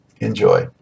Enjoy